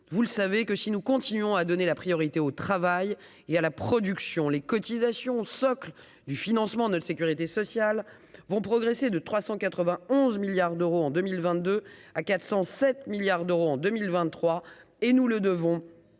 vous le savez, que si nous continuons à donner la priorité au travail et à la production, les cotisations, socle du financement de l'Sécurité sociale vont progresser de 391 milliards d'euros en 2022 à 407 milliards d'euros en 2023 et nous le devons